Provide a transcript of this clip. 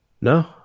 No